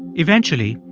eventually,